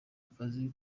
akazi